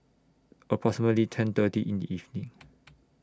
approximately ten thirty in The evening